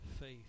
faith